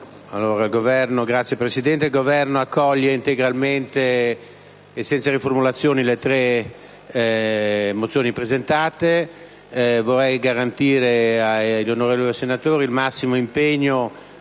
Signor Presidente, il Governo accoglie integralmente e senza riformulazioni le tre mozioni presentate. Vorrei garantire agli onorevoli senatori il massimo impegno